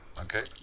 Okay